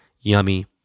yummy